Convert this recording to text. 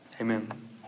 Amen